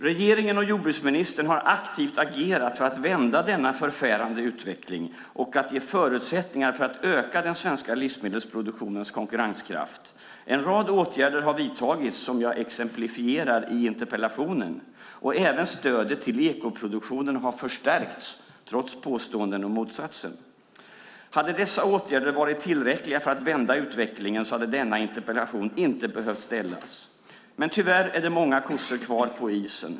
Regeringen och jordbruksministern har aktivt agerat för att vända denna förfärande utveckling och ge förutsättningar för att öka den svenska livsmedelsproduktionens konkurrenskraft. En rad åtgärder har vidtagits som jag exemplifierar i interpellationen. Även stödet till ekoproduktionen har förstärkts, trots påståenden om motsatsen. Hade dessa åtgärder varit tillräckliga för att vända utvecklingen hade denna interpellation inte behövt ställas, men tyvärr är det många kossor kvar på isen.